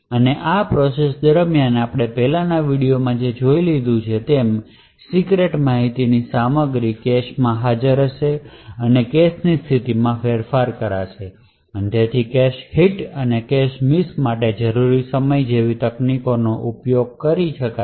અને આ પ્રોસેસ દરમિયાન આપણે પહેલાંની વિડિઓઝમાં જોઈ લીધું છે કે સીક્રેટ માહિતીની સામગ્રી કેશમાં હાજર હશે કેશ સ્થિતિમાં ફેરફાર કરશે અને તેથી કેશ હિટ અને કેશ મિસ માટે જરૂરી સમય જેવી તકનીકોનો ઉપયોગ કરી શકાય છે